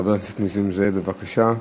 חבר הכנסת נסים זאב, בבקשה.